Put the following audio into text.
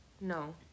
No